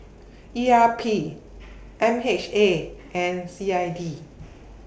E R P M H A and C I D